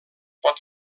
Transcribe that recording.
pot